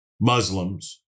Muslims